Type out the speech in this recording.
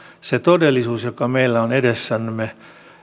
se todellisuus joka meillä on edessämme